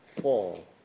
fall